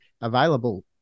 available